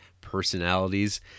personalities